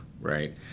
right